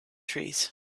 trees